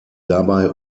dabei